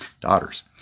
daughters